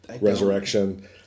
Resurrection